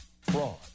fraud